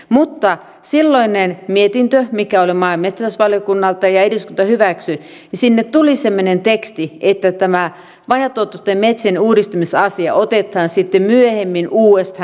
mutta silloiseen mietintöön joka oli maa ja metsätalousvaliokunnalta ja jonka eduskunta hyväksyi tuli semmoinen teksti että tämä vajaatuottoisten metsien uudistamisasia otetaan sitten myöhemmin uudestaan esille